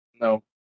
No